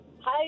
Hi